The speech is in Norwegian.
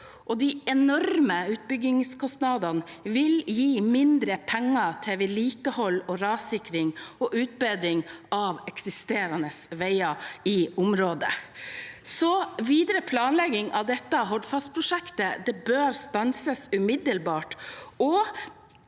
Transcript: De enorme utbyggingskostnadene vil gi mindre penger til vedlikehold, rassikring og utbedring av eksisterende veier i området. Videre planlegging av Hordfast-prosjektet bør stanses umiddelbart.